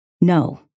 No